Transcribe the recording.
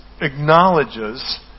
acknowledges